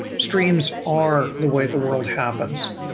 streams are the way the world happens.